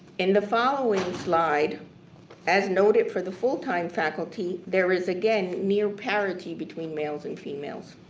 in the following slide as noted for the full-time faculty, there is again near parity between males and females.